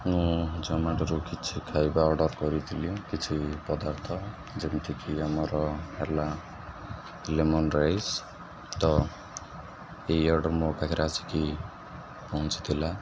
ମୁଁ ଜୋମାଟୋରୁ କିଛି ଖାଇବା ଅର୍ଡ଼ର୍ କରିଥିଲି କିଛି ପଦାର୍ଥ ଯେମିତିକି ଆମର ହେଲା ଲେମନ୍ ରାଇସ୍ ତ ଏଇ ଅର୍ଡ଼ର୍ ମୋ ପାଖରେ ଆସିକି ପହଞ୍ଚିଥିଲା